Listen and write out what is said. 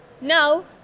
now